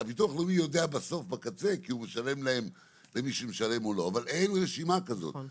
אין רשימה כזאת.